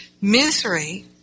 misery